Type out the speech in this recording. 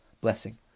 blessing